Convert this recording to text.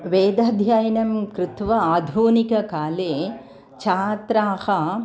वेदाध्ययनं कृत्वा आधुनिककाले छात्राः